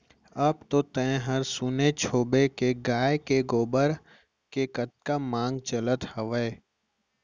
अब तो तैंहर सुनेच होबे के गाय के गोबर के कतका मांग चलत हवय तेला